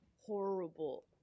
horrible